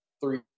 three